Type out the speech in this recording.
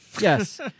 Yes